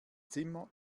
zimmer